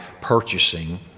purchasing